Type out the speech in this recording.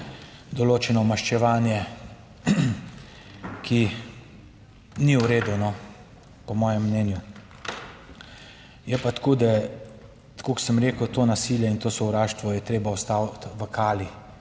(nadaljevanje) ni v redu, po mojem mnenju. Je pa tako, da tako kot sem rekel, to nasilje in to sovraštvo je treba ustaviti v kali